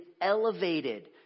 elevated